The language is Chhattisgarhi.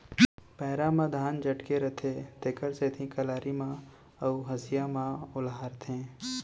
पैरा म धान मन चटके रथें तेकर सेती कलारी म अउ हँसिया म ओलहारथें